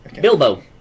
Bilbo